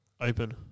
open